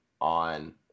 on